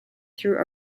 through